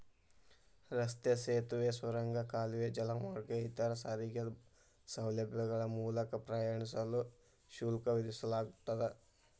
ರಸ್ತೆ ಸೇತುವೆ ಸುರಂಗ ಕಾಲುವೆ ಜಲಮಾರ್ಗ ಇತರ ಸಾರಿಗೆ ಸೌಲಭ್ಯಗಳ ಮೂಲಕ ಪ್ರಯಾಣಿಸಲು ಶುಲ್ಕ ವಿಧಿಸಲಾಗ್ತದ